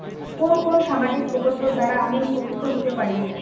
কোন কোন সামাজিক প্রকল্প দ্বারা আমি উপকৃত হতে পারি?